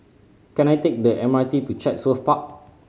can I take the M RT to Chatsworth Park